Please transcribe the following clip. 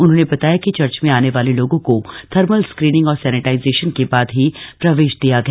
उन्होने बताया कि चर्च में आने वाले लोगों को थर्मल स्क्रीनिंग और सेनिटाइजेशन के बाद ही प्रवेश दिया गया